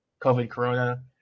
COVID-corona